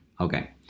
Okay